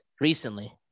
recently